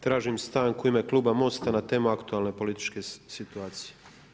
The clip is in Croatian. Tražim stanku u ime kluba MOST-a na temu aktualne političke situacije.